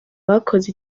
abakoze